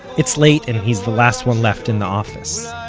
it's late, and he's the last one left in the office.